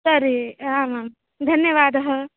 तर्हि आमां धन्यवादः